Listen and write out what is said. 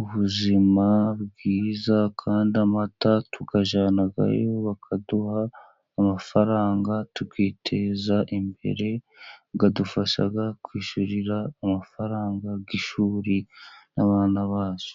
ubuzima bwiza, kandi amata tuyajyanayo bakaduha amafaranga, tukiteza imbere adufasha kwishyurira amafaranga y'ishuri n'abana bacu.